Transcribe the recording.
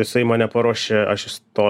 jisai mane paruošė aš įsto